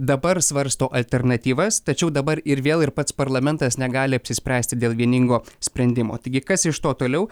dabar svarsto alternatyvas tačiau dabar ir vėl ir pats parlamentas negali apsispręsti dėl vieningo sprendimo taigi kas iš to toliau